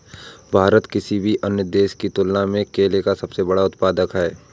भारत किसी भी अन्य देश की तुलना में केले का सबसे बड़ा उत्पादक है